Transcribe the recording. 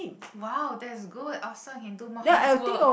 !wow! that's good awesome can do more housework